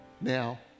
now